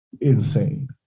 insane